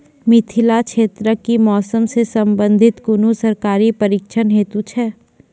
मिथिला क्षेत्रक कि मौसम से संबंधित कुनू सरकारी प्रशिक्षण हेतु छै?